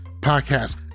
podcast